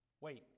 wait